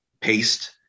paste